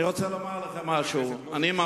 חבר הכנסת מוזס,